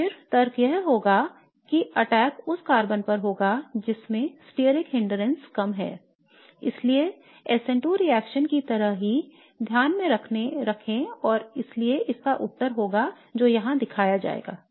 तो फिर तर्क यह होगा कि अटैक उस कार्बन पर होगा जिसमें स्टेरिक हिंद्रांस कम है I इसलिए इसे SN2 रिएक्शन की तरह ही ध्यान में रखें और इसलिए इसका उत्तर होगा जो यहां दिखाया जाएगा